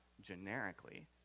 generically